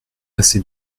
c’est